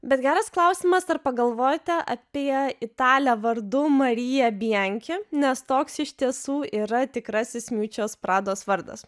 bet geras klausimas ar pagalvojote apie italę vardu marija bianki nes toks iš tiesų yra tikrasis miučios prados vardas